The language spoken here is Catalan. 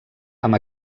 amb